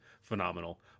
phenomenal